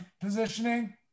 positioning